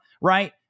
right